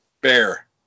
Bear